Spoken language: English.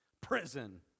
prison